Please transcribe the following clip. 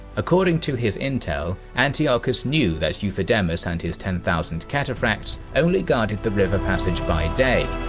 according to his intel, antiochus knew that euthydemus and his ten thousand cataphracts only guarded the river passage by day,